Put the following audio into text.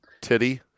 Titty